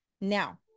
now